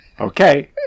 Okay